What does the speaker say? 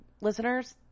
listeners